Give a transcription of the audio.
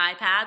iPad